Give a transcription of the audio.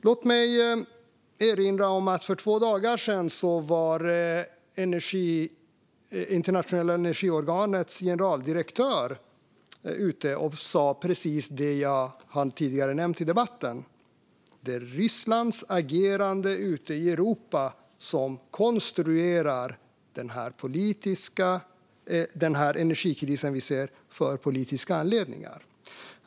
Låt mig erinra om att det internationella energiorganets generaldirektör för två dagar sedan sa precis det som jag tidigare har nämnt i debatten: Det är Rysslands agerande ute i Europa, som sker av politiska anledningar, som konstruerar den energikris som vi ser.